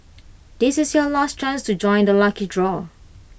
this is your last chance to join the lucky draw